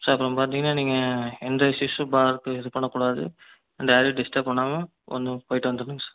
sir அப்பறோம் பார்த்தீங்கனா நீங்கள் எந்த இஷுவு பார்க்கும் இது பண்ணக்கூடாது அண்ட் யாரையும் டிஸ்டர்ப் பண்ணாமல் வந்து போய்விட்டு வந்துரனும் சார்